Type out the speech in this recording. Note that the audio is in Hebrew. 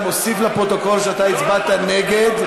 אני מוסיף לפרוטוקול שאתה הצבעת נגד.